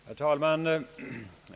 Herr talman!